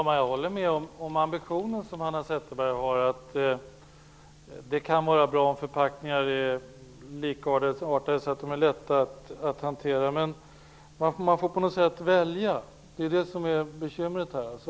Herr talman! Jag instämmer i Hanna Zetterbergs ambition. Det kan vara bra att förpackningar är likartade så att de blir lätta att hantera. Men man får välja. Det är bekymret.